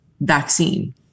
vaccine